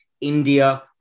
India